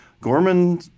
Gorman